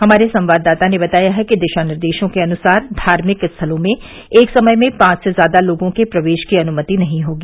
हमारे संवाददाता ने बताया है कि दिशा निर्देशों के अनुसार धार्मिक स्थलों में एक समय में पांच से ज्यादा लोगों के प्रवेश की अनुमति नहीं होगी